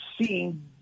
seeing